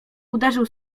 uderzył